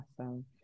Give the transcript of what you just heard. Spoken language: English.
Awesome